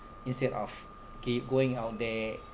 instead of keep going out there